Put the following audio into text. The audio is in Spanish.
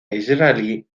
israelí